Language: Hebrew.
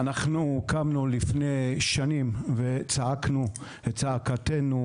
אנחנו קמנו לפני שנים וצעקנו את צעקתנו.